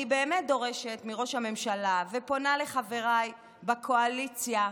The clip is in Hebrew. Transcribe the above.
אני באמת דורשת מראש הממשלה ופונה לחבריי בקואליציה,